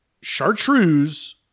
chartreuse